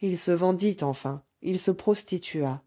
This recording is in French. il se vendit enfin il se prostitua